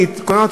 אני אומר לך,